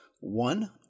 one